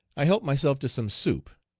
i helped myself to some soup,